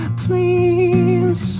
please